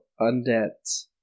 Undead